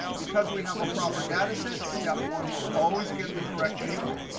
because we have a proper data set, step one will always get the correct table.